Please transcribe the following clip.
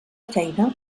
feina